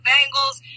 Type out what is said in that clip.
Bengals